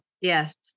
Yes